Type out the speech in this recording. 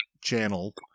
channel